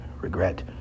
regret